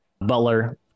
Butler